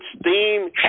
steam